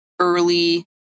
early